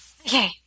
Okay